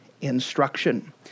instruction